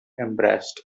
embarrassed